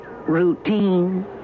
routine